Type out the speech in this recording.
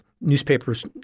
newspapers –